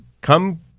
Come